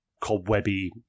cobwebby